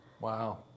Wow